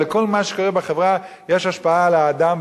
ולכל מה שקורה בחברה יש השפעה על האדם,